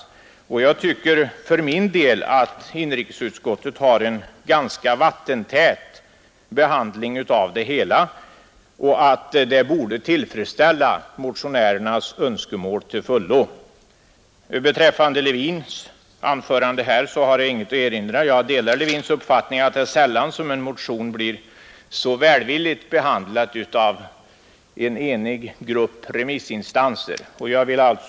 Jag tycker för min del att inrikesutskottets behandling är ganska vattentät och borde tillfredställa motionärernas önskemål till fullo. Jag har ingenting att erinra beträffande herr Levins anförande. Jag delar herr Levins uppfattning att en motion sällan blir så välvilligt behandlad av en enig grupp remissinstanser som hans motion blivit.